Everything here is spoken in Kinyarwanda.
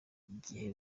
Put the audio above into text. igihe